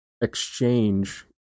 exchange